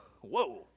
Whoa